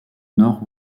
nord